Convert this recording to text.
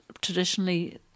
traditionally